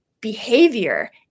behavior